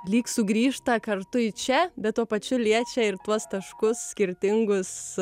lyg sugrįžta kartu į čia bet tuo pačiu liečia ir tuos taškus skirtingus